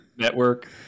network